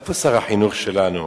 איפה שר החינוך שלנו?